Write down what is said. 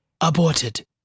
aborted